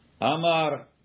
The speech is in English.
Amar